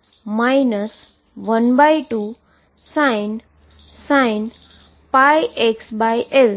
જે 12sin πxL